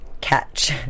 catch